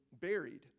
buried